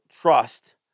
trust